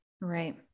Right